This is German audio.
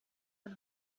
man